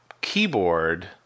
keyboard